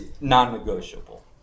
non-negotiable